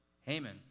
Haman